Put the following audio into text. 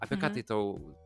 apie ką tai tau